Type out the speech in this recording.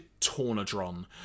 tornadron